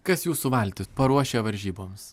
kas jūsų valtis paruošia varžyboms